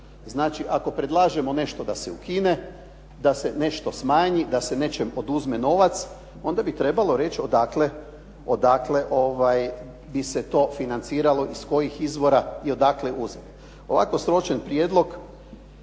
Znači, ako predlažemo nešto da se ukine, da se nešto smanji, da se nečem oduzme novac, onda bi trebalo reći odakle bi se to financiralo, iz kojih izvora i odakle uzet. Ovako sročen prijedlog,